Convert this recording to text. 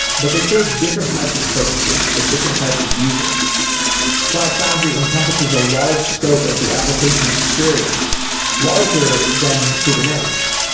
but they serve different types of purposes for different types of users cloud foundry encompasses a large scope of the application experience larger than kubernetes.